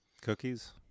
Cookies